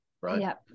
right